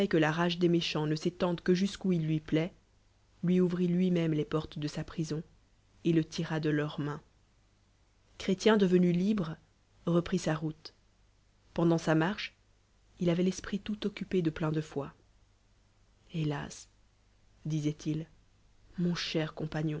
la rage des méchant ne s'étende que jusqlt ohil lui plaitlui onvritlni méaee lesportes de se prison et le tira de leurs mains chrélien devenu lihre reprit sa ronte pendant sa marche il a'oitl'esprit tout oempé de plein defai hélas disnit il mon cher